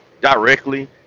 directly